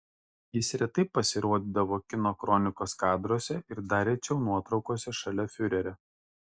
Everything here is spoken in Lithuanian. jis retai pasirodydavo kino kronikos kadruose ir dar rečiau nuotraukose šalia fiurerio